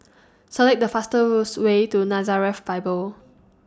Select The fastest Way to Nazareth Bible